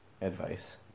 advice